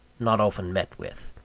not often met with.